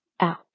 out